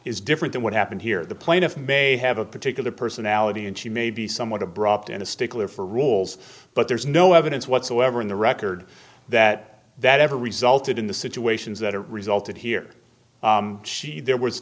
is different than what happened here the plaintiff may have a particular personality and she may be somewhat abrupt in a stickler for rules but there is no evidence whatsoever in the record that that ever resulted in the situations that resulted here she there was